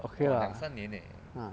okay lah ah